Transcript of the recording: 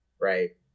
Right